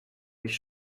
mich